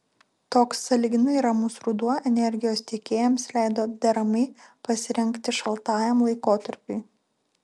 toks sąlyginai ramus ruduo energijos tiekėjams leido deramai pasirengti šaltajam laikotarpiui